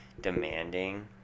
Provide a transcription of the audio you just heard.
demanding